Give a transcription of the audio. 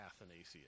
Athanasius